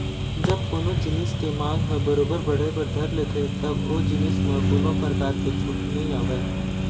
जब कोनो जिनिस के मांग ह बरोबर बढ़े बर धर लेथे तब ओ जिनिस म कोनो परकार के छूट नइ आवय